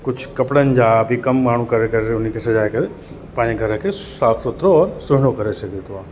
कुझु कपिड़नि जा बि कमु माण्हू करे करे हुनखे सजाए करे पंहिंजे घर खे साफ़ु सुथिरो और सुहिणो करे सघे थो